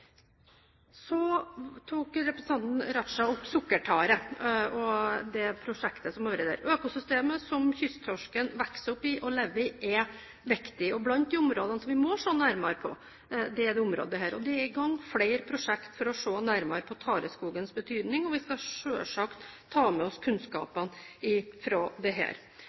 tok representanten Raja opp sukkertare og det prosjektet som har vært der. Økosystemet som kysttorsken vokser opp i og lever i, er viktig. Dette området er blant de områdene vi må se nærmere på. Det er satt i gang flere prosjekter for å se nærmere på tareskogens betydning, og vi skal selvsagt ta med oss kunnskapen fra dette. Så vil jeg når det